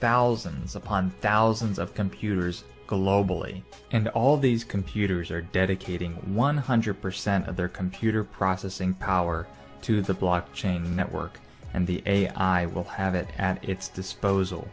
thousands upon thousands of computers globally and all these can be are dedicating one hundred percent of their computer processing power to the block chain network and the i will have it at its disposal